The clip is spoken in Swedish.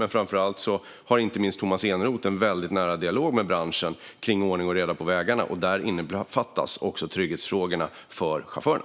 Men framför allt har Tomas Eneroth en nära dialog med branschen om ordning och reda på vägarna. Det innefattar också trygghetsfrågorna för chaufförerna.